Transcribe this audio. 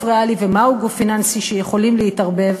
ריאלי ומה הוא גוף פיננסי שיכולים להתערבב,